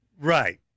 Right